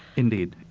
indeed.